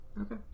Okay